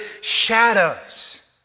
shadows